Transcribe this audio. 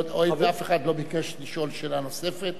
הואיל ואף אחד לא ביקש לשאול שאלה נוספת,